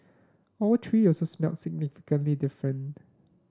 all three also smelled significantly different